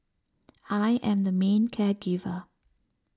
I am the main care giver